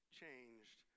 changed